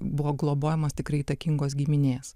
buvo globojamas tikrai įtakingos giminės